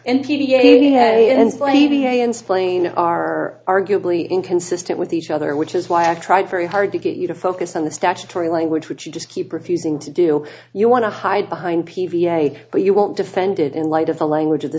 splaying are arguably inconsistent with each other which is why i tried very hard to get you to focus on the statutory language which you just keep refusing to do you want to hide behind p v a but you won't defend it in light of the language of the